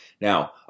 Now